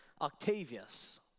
Octavius